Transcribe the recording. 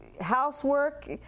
housework